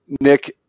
Nick